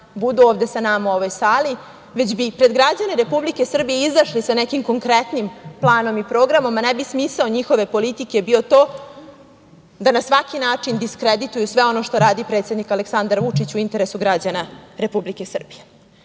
budu ovde sa nama u ovoj sali, već bi i pred građane Republike Srbije izašli sa nekim konkretnim planom i programom, a ne bi smisao njihove politike bio to da na svaki način diskredituju sve ono što radi predsednik Aleksandar Vučić u interesu građana Republike Srbije. Vi